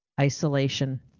Isolation